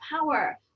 power